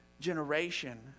generation